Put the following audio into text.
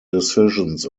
decisions